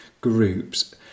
groups